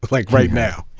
like right now.